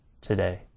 today